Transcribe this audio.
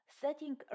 Setting